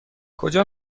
کجا